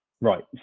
Right